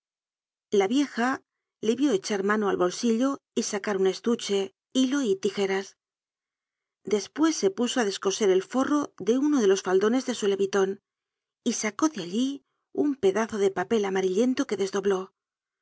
la vieja le vió echar mano al bolsillo y sacar un estuche hilo y tijeras despues se puso á descoser el forro de uno de los faldones de su leviton y sacó de allí un pedazo de papel amarillento que desdobló